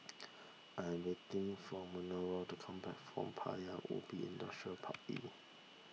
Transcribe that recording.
I am waiting for Manerva to come back from Paya Ubi Industrial Park E